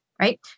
right